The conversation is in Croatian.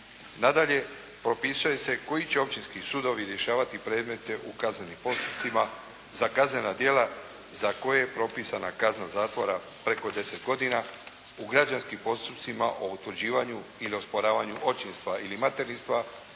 Nadalje, propisuje se koji će općinski sudovi rješavati predmete u kaznenim postupcima za kaznena djela za koje je propisana kazna zatvora preko 10 godina u građanskim postupcima o utvrđivanju ili osporavanju očinstva ili materinstva